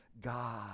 God